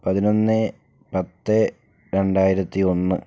പതിനൊന്ന് പത്ത് രണ്ടായിരത്തി ഒന്ന്